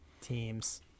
teams